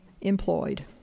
employed